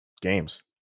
games